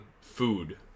food